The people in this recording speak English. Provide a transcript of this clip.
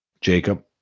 Jacob